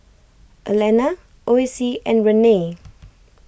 Alanna Ossie and Renae